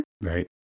Right